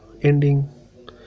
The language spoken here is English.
ending